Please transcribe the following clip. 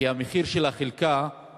כי המחיר של חלקה הוא